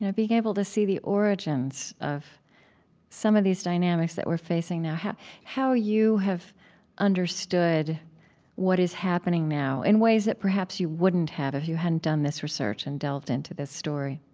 being able to see the origins of some of these dynamics that we're facing now, how how you have understood what is happening now in ways that perhaps you wouldn't have if you hadn't done this research and delved into this story